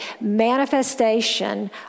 manifestation